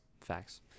facts